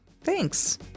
Thanks